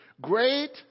great